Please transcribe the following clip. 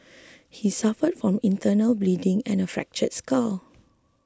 he suffered from internal bleeding and a fractured skull